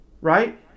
right